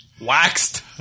waxed